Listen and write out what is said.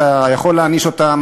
אתה יכול להעניש אותם,